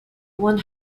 one